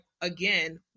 again